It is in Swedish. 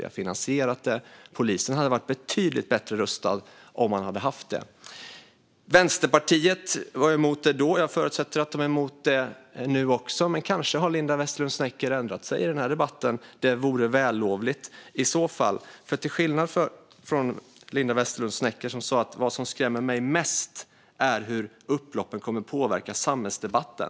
Vi har finansierat det, och polisen hade varit betydligt bättre rustad om man hade haft det. Vänsterpartiet var emot det då, och jag förutsätter att de är emot det nu också. Men kanske har Linda Westerlund Snecker ändrat sig i denna debatt. Det vore vällovligt i så fall. Linda Westerlund Snecker sa att det som skrämmer henne mest är hur upploppen kommer att påverka samhällsdebatten.